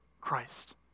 Christ